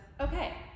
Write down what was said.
okay